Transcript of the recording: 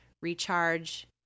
recharge